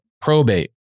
probate